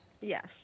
Yes